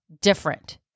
different